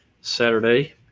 Saturday